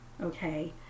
Okay